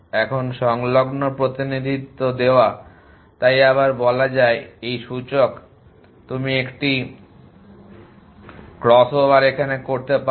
এখন সংলগ্ন প্রতিনিধিত্ব দেওয়া তাই আবার বলা যায় এই সূচক তুমি একটি ক্রসওভার এখানে করতে পারো